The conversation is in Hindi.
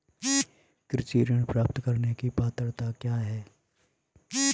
कृषि ऋण प्राप्त करने की पात्रता क्या है?